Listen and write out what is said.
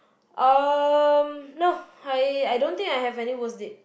um no I I don't think I have any worst date